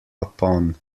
upon